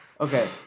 Okay